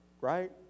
right